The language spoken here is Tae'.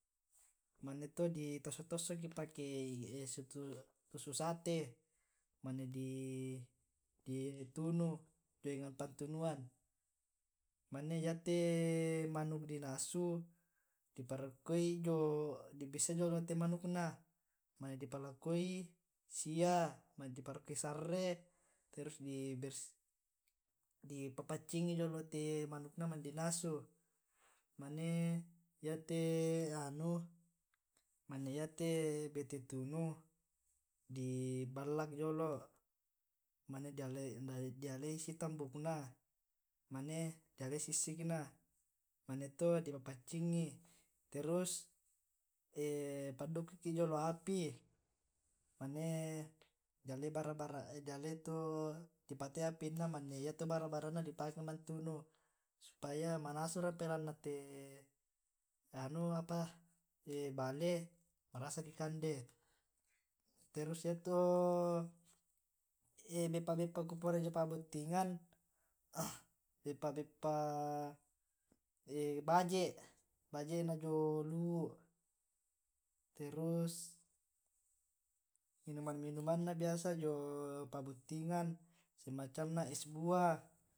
Mane to di tossok tossok ki pake tusuk sate mane ditunu jio enang pattunuang mane yate manuk di nasu di bissai jolo' te manuk na mane di palakoi sia di parokkoi sarre terus di di papaccingngi jolo' te manukna mane di nasu mane yate' anu mane yate bete tunu di ballak jolo' mane di alai issi tambukna mane dialai sissikna mane to di papaccingngi terus pa dukkuki jolo' api mane dialai bara bara di patei apinna mane yato bara barana di pake mantunu supaya manasu rampe lan na te bale marasa di kande, terus yato beppa beppa ku porai jio pa'bottingang beppa beppa baje', baje'na jio luwu terus minum minuman na biasa jio pa'bottingang semacam na es buah.